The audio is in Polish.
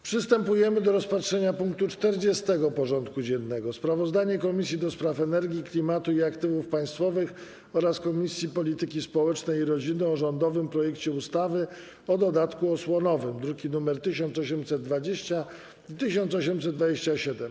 Przystępujemy do rozpatrzenia punktu 40. porządku dziennego: Sprawozdanie Komisji do Spraw Energii, Klimatu i Aktywów Państwowych oraz Komisji Polityki Społecznej i Rodziny o rządowym projekcie ustawy o dodatku osłonowym (druki nr 1820 i 1827)